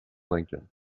lincoln